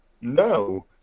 No